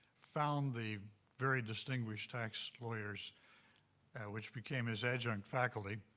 found the very distinguished tax lawyers which became his adjunct faculty,